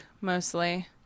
mostly